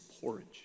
porridge